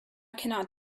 cannot